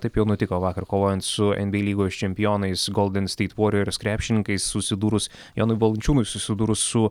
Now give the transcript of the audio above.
taip jau nutiko vakar kovojant su enby lygos čempionais golden steit voriors krepšininkais susidūrus jonui valančiūnui susidūrus su